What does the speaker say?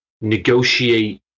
negotiate